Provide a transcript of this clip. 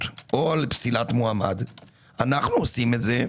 או על פסילת מועמד אנחנו עושים את זה,